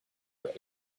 were